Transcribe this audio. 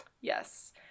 Yes